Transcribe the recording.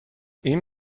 این